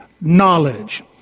knowledge